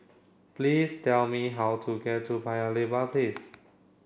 please tell me how to get to Paya Lebar Place